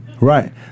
Right